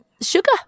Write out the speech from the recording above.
sugar